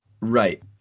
Right